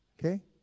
okay